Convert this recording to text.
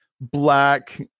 black